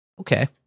Okay